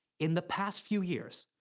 in the past few years,